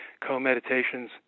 co-meditations